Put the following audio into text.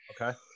Okay